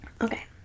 Okay